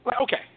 Okay